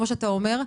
כמו שאתה אומר,